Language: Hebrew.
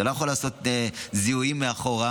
אתה לא יכול לעשות זיהויים מאחור,